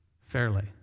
fairly